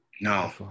No